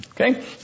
Okay